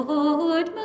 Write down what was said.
Lord